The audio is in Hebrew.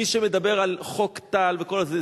מי שמדבר על חוק טל וכל זה,